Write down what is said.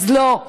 אז לא.